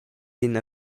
ina